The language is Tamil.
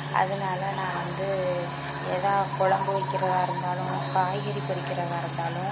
அதனால நான் வந்து ஏதா குழம்பு வைக்கிறதா இருந்தாலும் காய்கறி பொரிக்கிறதாக இருந்தாலும்